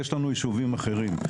יש לנו יישובים אחרים.